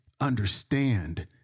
understand